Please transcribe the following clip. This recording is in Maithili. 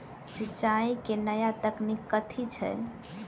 सिंचाई केँ नया तकनीक कथी छै?